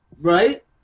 Right